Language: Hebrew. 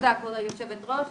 תודה רבה כבוד יושבת הראש,